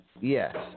Yes